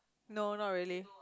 no not really